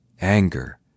anger